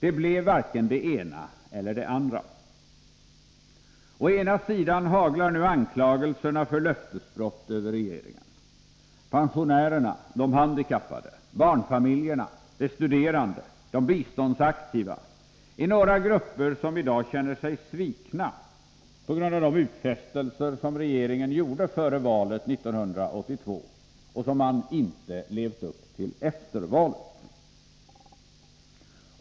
Det blev varken det ena eller det andra: Å ena sidan haglar nu anklagelserna för löftesbrott över regeringen. Pensionärerna, de handikappade, barnfamiljerna, de studerande och de biståndsaktiva är några grupper som i dag känner sig svikna på grund av de utfästelser regeringen gjorde före valet 1982 men inte har levt upp till efter valet.